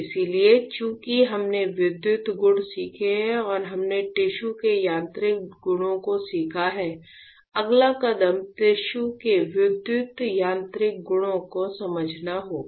इसलिए चूंकि हमने विद्युत गुण सीखे हैं और हमने टिश्यू के यांत्रिक गुणों को सीखा है अगला कदम टिश्यू के विद्युत यांत्रिक गुणों को समझना होगा